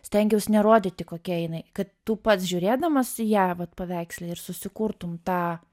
stengiaus nerodyti kokia jinai kad tu pats žiūrėdamas į ją vat paveiksle ir susikurtum tą